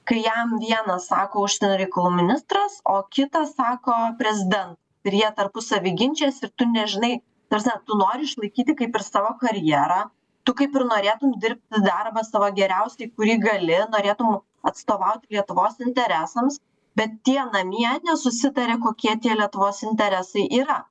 kai jam vieną sako užsienio reikalų ministras o kitą sako prezidentas ir jie tarpusavy ginčijasi ir tu nežinai ta prasme tu nori išlaikyti kaip ir savo karjerą tu kaip ir norėtum dirbti darbą savo geriausiai kurį gali norėtum atstovauti lietuvos interesams bet tie namie nesusitaria kokie tie lietuvos interesai yra